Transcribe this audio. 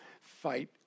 fight